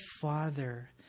father